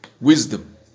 wisdom